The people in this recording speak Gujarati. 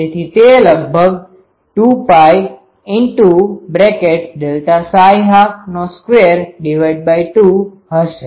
તેથી તે લગભગ 2π 1222 હશે